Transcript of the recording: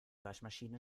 waschmaschine